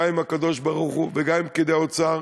גם עם הקדוש-ברוך-הוא וגם עם פקידי האוצר,